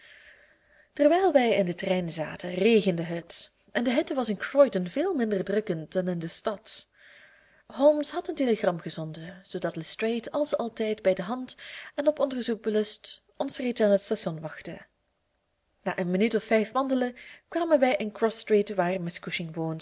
terwijl wij in den trein zaten regende het en de hitte was in croydon veel minder drukkend dan in de stad holmes had een telegram gezonden zoodat lestrade als altijd bij de hand en op onderzoek belust ons reeds aan het station wachtte na een minuut of vijf wandelens kwamen wij in